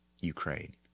Ukraine